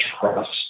trust